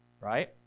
Right